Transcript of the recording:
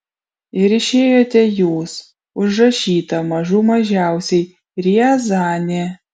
ir išėjote jūs užrašyta mažų mažiausiai riazanė